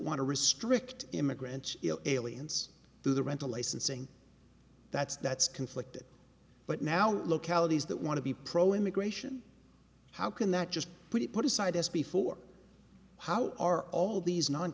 to restrict immigrants aliens to the rental licensing that's that's conflicted but now localities that want to be pro immigration how can that just put it put aside as before how are all these non